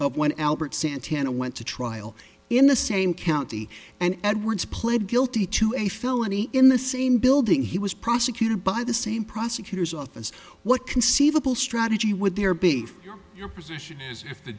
but when albert santana went to trial in the same county and edwards pled guilty to a felony in the same building he was prosecuted by the same prosecutor's office what conceivable strategy would there be for your position is if the